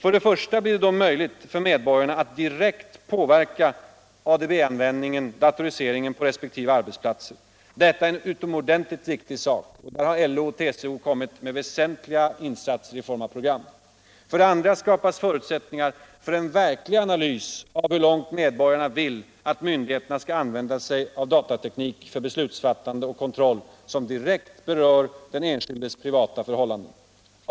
För det första blir det då möjligt för medborgarna att direkt påverka datoriseringen på resp. arbetsplatser. Detta är en utomordentligt viktig sak. LO och TCO har här gjort väsentliga insatser i form av program. För det andra skapas förutsättningar för en verklig analys av hur långt medborgarna vill att myndigheterna skall använda sig av datateknik för beslutsfattande och kontroll som direkt berör den enskildes privata förhållanden.